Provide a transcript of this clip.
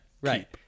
right